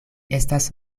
estas